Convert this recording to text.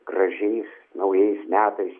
gražiais naujais metais